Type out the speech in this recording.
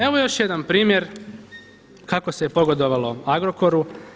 Evo još jedan primjer kako se pogodovalo Agrokoru.